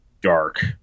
dark